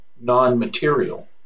non-material